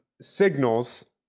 signals